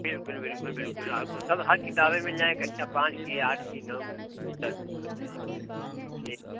बिल्कुल बिल्कुल बिल्कुल आपको सब हर किताबें मिल जाएंगी कक्षा पाँच की आठ की नौ की दस की सब मिल जाएंगी जी